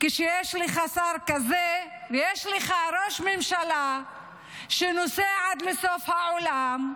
כשיש לך שר כזה ויש לך ראש ממשלה שנוסע עד לסוף העולם?